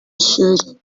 ishuri